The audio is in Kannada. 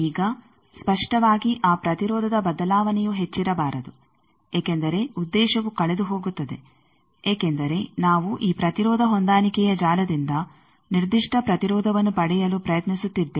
ಈಗ ಸ್ಪಷ್ಟವಾಗಿ ಆ ಪ್ರತಿರೋಧದ ಬದಲಾವಣೆಯೂ ಹೆಚ್ಚಿರಬಾರದು ಏಕೆಂದರೆ ಉದ್ದೇಶವು ಕಳೆದು ಹೋಗುತ್ತದೆ ಏಕೆಂದರೆ ನಾವು ಈ ಪ್ರತಿರೋಧ ಹೊಂದಾಣಿಕೆಯ ಜಾಲದಿಂದ ನಿರ್ದಿಷ್ಟ ಪ್ರತಿರೋಧವನ್ನು ಪಡೆಯಲು ಪ್ರಯತ್ನಿಸುತ್ತಿದ್ದೇವೆ